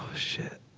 shit.